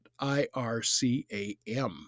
IRCAM